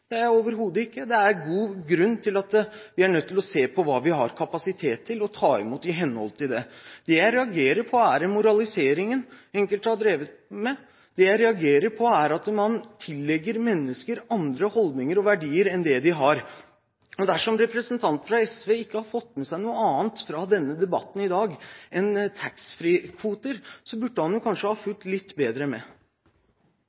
er jeg overhodet ikke. Det er en god grunn til at vi er nødt til å se på hva vi har kapasitet til å ta imot. Det jeg reagerer på, er moraliseringen enkelte har drevet med. Det jeg reagerer på, er at man tillegger mennesker andre holdninger og verdier enn det de har. Dersom representanten fra SV ikke har fått med seg noe annet fra denne debatten i dag enn taxfree-kvoter, burde han kanskje ha